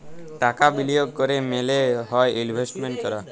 টাকা বিলিয়গ ক্যরা মালে হ্যয় ইলভেস্টমেল্ট ক্যরা